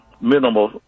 minimal